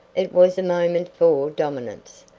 it was a moment for dominance,